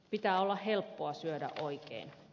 pitää olla helppoa syödä oikein